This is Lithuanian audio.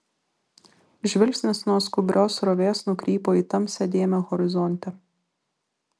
žvilgsnis nuo skubrios srovės nukrypo į tamsią dėmę horizonte